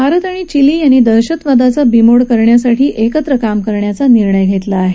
भारत आणि चिली यांनी दहशतवादाचा बिमोड करण्यासाठी एकत्र काम करण्याचा निर्णय घेतला आहे